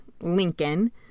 Lincoln